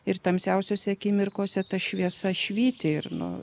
ir tamsiausiose akimirkose ta šviesa švyti ir nu